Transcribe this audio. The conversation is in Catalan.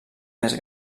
més